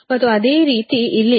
ಮತ್ತು ಅದೇ ರೀತಿ ಇಲ್ಲಿ ಇದು 0